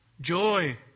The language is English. joy